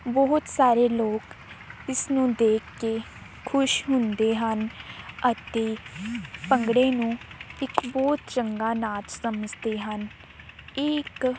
ਬਹੁਤ ਸਾਰੇ ਲੋਕ ਇਸਨੂੰ ਦੇਖ ਕੇ ਖੁਸ਼ ਹੁੰਦੇ ਹਨ ਅਤੇ ਭੰਗੜੇ ਨੂੰ ਇੱਕ ਬਹੁਤ ਚੰਗਾ ਨਾਚ ਸਮਝਦੇ ਹਨ ਇਹ ਇੱਕ